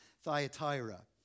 Thyatira